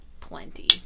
plenty